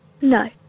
No